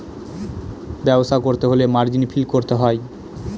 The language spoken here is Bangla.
ব্যবসা করতে হলে মার্জিন ফিল করতে হয়